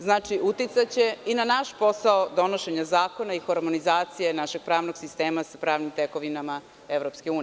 Znači, uticaće i na naš posao donošenja zakona i harmonizacije našeg pravnog sistema sa pravnim tekovinama EU.